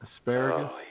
asparagus